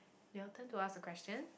your turn to ask a question